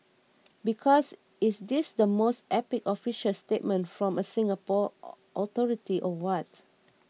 because is this the most epic official statement from a Singapore authority or what